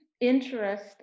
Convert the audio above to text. interest